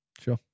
sure